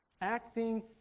acting